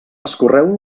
escorreu